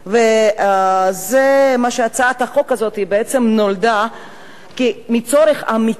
הצעת החוק הזאת נולדה מצורך אמיתי.